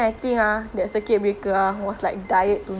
then at mister coconut what you buy